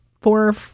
four